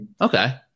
Okay